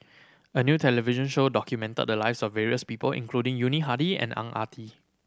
a new television show documented the lives of various people including Yuni Hadi and Ang Ah Tee